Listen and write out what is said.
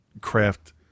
craft